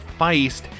Feist